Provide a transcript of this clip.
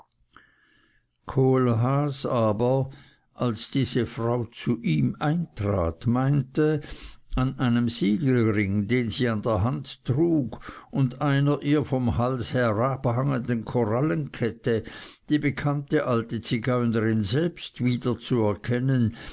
kohlhaas aber als diese frau zu ihm eintrat meinte an einem siegelring den sie an der hand trug und einer ihr vom hals herabhangenden korallenkette die bekannte alte zigeunerin selbst wiederzuerkennen